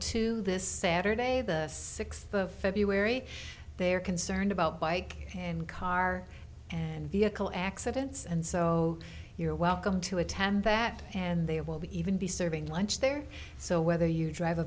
two this saturday the sixth of february they're concerned about bike and car and vehicle accidents and so you're welcome to attend that and they will be even be serving lunch there so whether you drive a